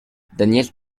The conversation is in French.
daniel